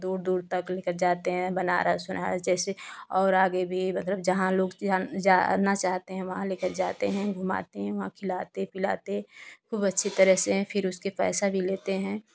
दूर दूर तक लेकर जाते हैं बनारस उनारस जैसे और आगे भी जहाँ लोग जान जाना चाहते है वहाँ लेकर जाते हैं घुमाते हैं वहाँ खिलाते पिलाते हैं खूब अच्छी तरह से फिर उसके पैसा भी लेते हैं